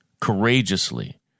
courageously